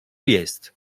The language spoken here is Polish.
jest